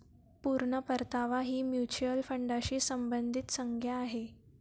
पूर्ण परतावा ही म्युच्युअल फंडाशी संबंधित संज्ञा आहे